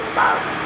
love